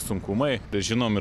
sunkumai bet žinom ir